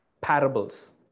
parables